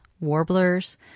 warblers